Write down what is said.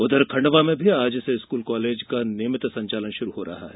उधर खंडवा में भी आज से स्कूल कॉलेज का नियमित संचालन शुरू हो रहा है